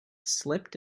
slipped